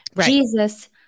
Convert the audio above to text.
Jesus